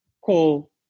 Call